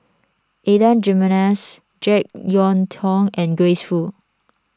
Adan Jimenez Jek Yeun Thong and Grace Fu